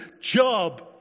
job